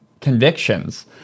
convictions